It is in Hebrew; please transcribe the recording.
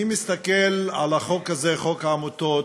אני מסתכל על החוק הזה, חוק העמותות,